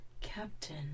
Captain